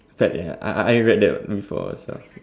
that ya I I I read that before also